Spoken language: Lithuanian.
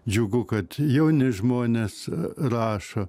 džiugu kad jauni žmonės rašo